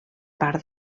part